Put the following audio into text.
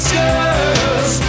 girls